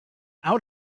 out